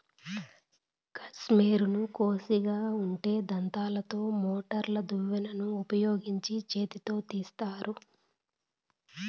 కష్మెరెను కోషిగా ఉండే దంతాలతో మెటల్ దువ్వెనను ఉపయోగించి చేతితో తీస్తారు